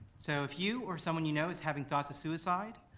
so if you or someone you know is having thoughts of suicide,